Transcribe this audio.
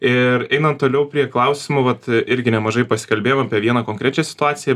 ir einam toliau prie klausimų vat irgi nemažai pasikalbėjome apie vieną konkrečią situaciją